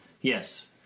Yes